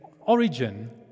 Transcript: origin